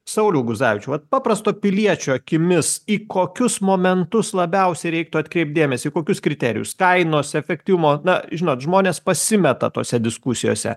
sauliau guzevičiau vat paprasto piliečio akimis į kokius momentus labiausiai reiktų atkreipt dėmesį kokius kriterijus kainos efektyvumo na žinot žmonės pasimeta tose diskusijose